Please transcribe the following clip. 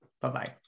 Bye-bye